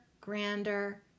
grander